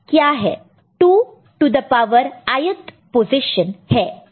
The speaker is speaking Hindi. यह 2 to the power i th position है